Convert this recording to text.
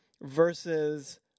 versus